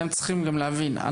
אתם צריכים גם להבין,